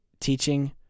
teaching